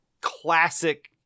classic